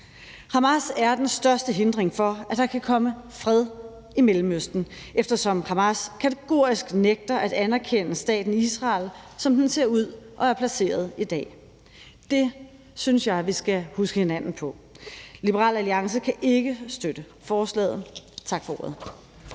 Hamas er den største hindring for, at der kan komme fred i Mellemøsten, eftersom Hamas kategorisk nægter at anerkende staten Israel, som den ser ud og er placeret i dag. Det synes jeg vi skal huske hinanden på. Liberal Alliance kan ikke støtte forslaget. Tak for ordet.